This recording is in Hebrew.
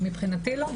מבחינתי לא.